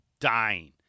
dying